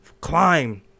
climb